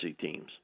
teams